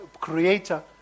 creator